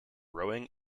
rowing